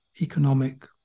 economic